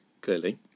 clearly